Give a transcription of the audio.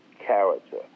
character